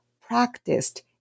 practiced